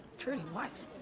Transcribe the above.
trudy weiss,